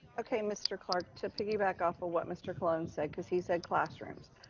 okay. mr. clark, to piggyback off of what mr. colon said, cause he said classrooms.